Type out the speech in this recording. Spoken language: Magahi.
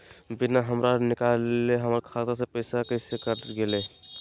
बिना हमरा निकालले, हमर खाता से पैसा कैसे कट गेलई?